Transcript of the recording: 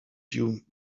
you